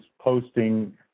posting